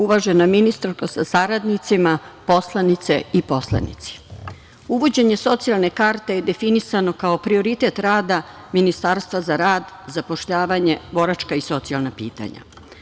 Uvažena ministarko sa saradnicima, poslanice i poslanici, uvođenje socijalne karte je definisano kao prioritet rada Ministarstva za rad, zapošljavanje, boračka i socijalna pitanja.